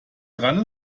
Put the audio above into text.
dran